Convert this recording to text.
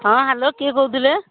ହଁ ହ୍ୟାଲୋ କିଏ କହୁଥିଲେ